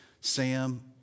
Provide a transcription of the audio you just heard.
Sam